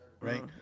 right